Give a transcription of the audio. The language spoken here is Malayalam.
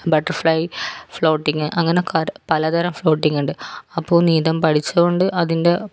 ബട്ടർഫ്ലൈ ഫ്ലോട്ടിങ് അങ്ങനെ ക പലതരം ഫ്ലോട്ടിങ്ങുണ്ട് അപ്പോൾ നീന്താൻ പഠിച്ചതു കൊണ്ട് അതിൻ്റെ